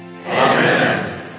Amen